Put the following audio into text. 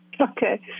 Okay